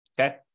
Okay